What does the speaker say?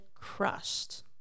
crushed